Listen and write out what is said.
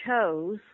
chose